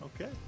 Okay